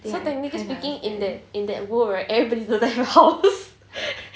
technically speaking in that in that world right everybody doesn't have a house